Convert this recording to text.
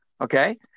okay